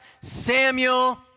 Samuel